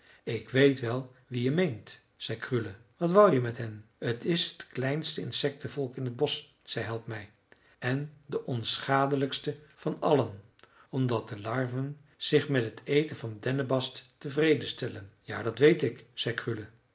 ik weet wel wie je meent zei krule wat wou je met hen t is het kleinste insectenvolk in het bosch zei helpmij en de onschadelijkste van allen omdat de larven zich met het eten van dennebast tevreden stellen ja dat weet ik